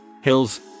Hills